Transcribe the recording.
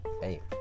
hey